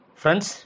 friends